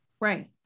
right